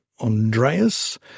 Andreas